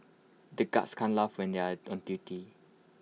the guards can't laugh when they are on duty